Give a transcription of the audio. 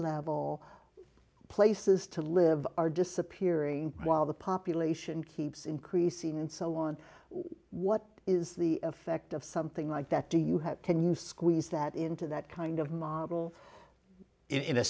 level places to live are disappearing while the population keeps increasing and so on what is the effect of something like that do you have can you squeeze that into that kind of model in a